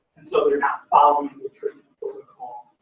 and so they're not following the treatment protocol.